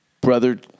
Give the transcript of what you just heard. brother